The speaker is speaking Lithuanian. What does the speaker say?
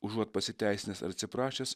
užuot pasiteisinęs ar atsiprašęs